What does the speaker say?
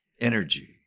energy